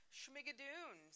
Schmigadoon